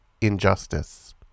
injustice